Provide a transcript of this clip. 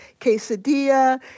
quesadilla